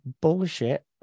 bullshit